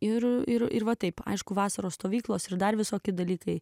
ir ir va taip aišku vasaros stovyklos ir dar visokie dalykai